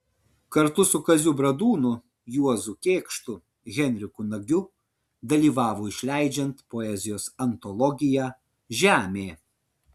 kartu su kaziu bradūnu juozu kėkštu henriku nagiu dalyvavo išleidžiant poezijos antologiją žemė